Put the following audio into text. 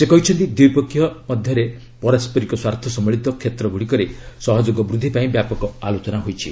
ସେ କହିଛନ୍ତି ଦୁଇପକ୍ଷିୟ ମଧ୍ୟରେ ପାରସ୍କରିକ ସ୍ୱାର୍ଥ ସମ୍ଭଳିତ କ୍ଷେତ୍ର ଗୁଡ଼ିକରେ ସହଯୋଗ ବୃଦ୍ଧି ପାଇଁ ବ୍ୟାପକ ଆଲୋଚନା ହୋଇଛି